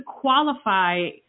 qualify